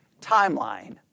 timeline